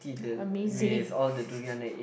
amazing